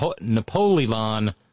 Napoleon